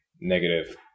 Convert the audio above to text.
negative